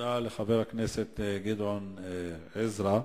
תודה לחבר הכנסת גדעון עזרא.